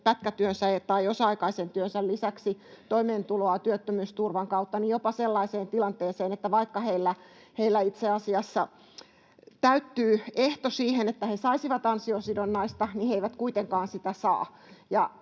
pätkätyönsä tai osa-aikaisen työnsä lisäksi toimeentuloa työttömyysturvan kautta, jopa sellaiseen tilanteeseen, että vaikka heillä itse asiassa täyttyy ehto siihen, että he saisivat ansiosidonnaista, niin he eivät kuitenkaan sitä saa.